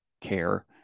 care